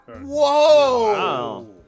Whoa